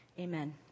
Amen